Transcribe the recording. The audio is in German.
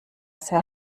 sehr